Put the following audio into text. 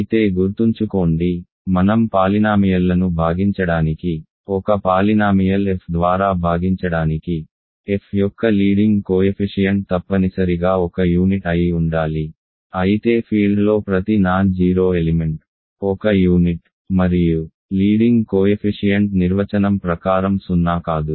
అయితే గుర్తుంచుకోండి మనం పాలినామియల్లను భాగించడానికి ఒక పాలినామియల్ f ద్వారా భాగించడానికి f యొక్క లీడింగ్ కోయెఫిషియంట్ తప్పనిసరిగా ఒక యూనిట్ అయి ఉండాలి అయితే ఫీల్డ్లో ప్రతి నాన్ జీరో ఎలిమెంట్ ఒక యూనిట్ మరియు లీడింగ్ కోయెఫిషియంట్ నిర్వచనం ప్రకారం సున్నా కాదు